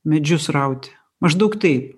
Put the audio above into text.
medžius rauti maždaug taip